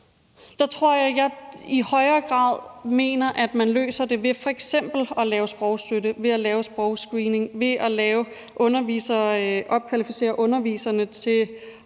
Der mener jeg, at man i højere grad løser det ved f.eks. at lave sprogstøtte, ved at lave sprogscreening og ved at opkvalificere underviserne til